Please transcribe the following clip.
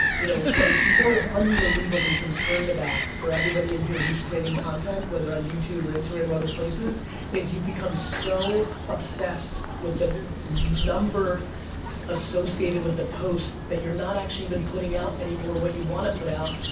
you know what i'm so unbelievably concerned about for everybody in here who's creating content, whether on youtube or instagram or other places is you've become so obsessed with the numbers associated with the posts that you're not actually even putting out any more what you want to put out,